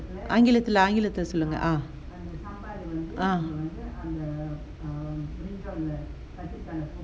ஆங்கிலத்துல ஆங்கிலத்துல சொல்லுங்க:aangilathula aangilathula sollunga ah